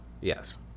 Yes